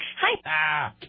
Hi